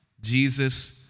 Jesus